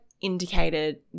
indicated